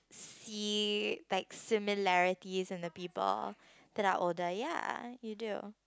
see like similarities in the people that are older ya you do